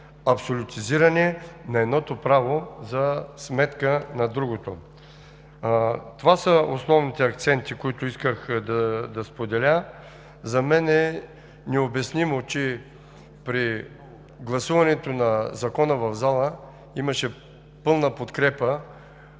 абсолютизиране на едното право за сметка на другото. Това са основните акценти, които исках да споделя. За мен е необяснимо, че при гласуването на Закона в залата имаше пълна подкрепа